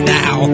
now